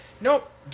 Nope